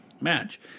match